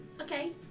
Okay